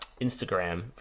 Instagram